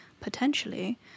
potentially